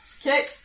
Okay